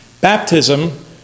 Baptism